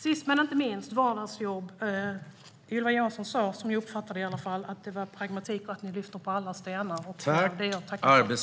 Sist men inte minst sa Ylva Johansson, som jag uppfattade det i alla fall, att det är pragmatik när det gäller vardagsjobb och att man lyfter på alla stenar. Det tackar jag för.